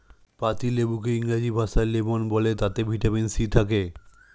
পাতিলেবুকে ইংরেজি ভাষায় লেমন বলে তাতে ভিটামিন সি থাকে